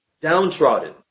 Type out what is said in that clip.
downtrodden